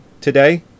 today